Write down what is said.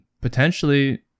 potentially